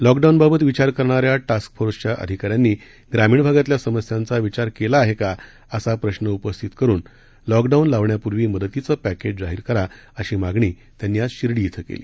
lockdown बाबत विचार करणाऱ्या टास्क फोर्सच्या अधिकाऱ्यांनी ग्रामीण भागातल्या समस्यांचा विचार कला आहे का असा प्रश्न उपस्थित करून लॉकडाऊन लावण्यापूर्वी मदतीचं पर्वेज जाहीर करा अशी मागणी त्यांनी आज शिर्डी ध्वीं केली